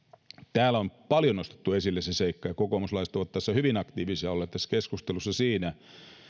täällä on paljon nostettu esille sitä seikkaa ja kokoomuslaiset ovat hyvin aktiivisia olleet siinä keskustelussa että